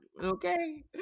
Okay